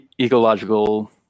ecological